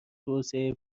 توسعه